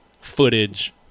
footage